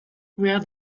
where